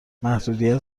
محدودیت